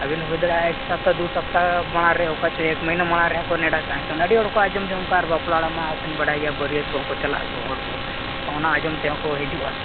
ᱟᱵᱮᱱ ᱦᱩᱭ ᱫᱟᱲᱮᱜᱼᱟ ᱮᱹᱠ ᱥᱚᱯᱛᱟ ᱫᱩ ᱥᱚᱯᱛᱟ ᱵᱟᱝᱨᱮᱦᱚᱸ ᱚᱱᱠᱟ ᱪᱮᱫ ᱮᱠ ᱢᱟᱹᱦᱱᱟᱹ ᱢᱟᱲᱟᱝ ᱨᱮᱦᱚᱸᱠᱚ ᱱᱮᱸᱰᱟᱠᱟᱜᱼᱟ ᱮᱱᱠᱷᱟᱱ ᱟᱹᱰᱤ ᱦᱚᱲᱠᱚ ᱟᱸᱡᱚᱢᱡᱚᱝ ᱠᱟᱜᱼᱟ ᱟᱨ ᱵᱟᱯᱞᱟ ᱚᱲᱟᱜ ᱢᱟ ᱦᱟᱯᱮᱱ ᱵᱟᱲᱟᱭ ᱜᱮᱭᱟ ᱵᱟᱹᱨᱭᱟᱹᱛ ᱠᱚᱦᱚᱸᱠᱚ ᱪᱟᱞᱟᱜ ᱟᱠᱚ ᱦᱚᱲᱠᱚ ᱚᱱᱟ ᱟᱸᱡᱚᱢ ᱛᱮᱦᱚᱸᱠᱚ ᱦᱤᱡᱩᱜᱼᱟ